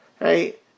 right